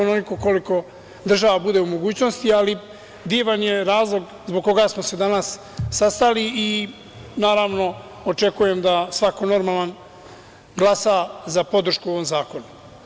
Onoliko koliko država bude u mogućnosti, ali divan je razlog zbog koga smo se danas sastali i naravno očekujem da svako normalan glasa za podršku ovom zakonu.